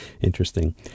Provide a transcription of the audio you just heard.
Interesting